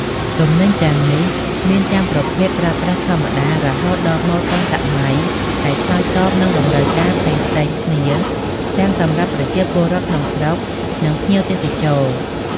ទំនិញទាំងនេះមានទាំងប្រភេទប្រើប្រាស់ធម្មតា រហូតដល់ម៉ូដទាន់សម័យ ដែលឆ្លើយតបនឹងតម្រូវការផ្សេងៗគ្នា ទាំងសម្រាប់ប្រជាពលរដ្ឋក្នុងស្រុក និងភ្ញៀវទេសចរ។